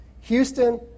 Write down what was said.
Houston